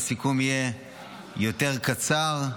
הסיכום יהיה יותר קצר.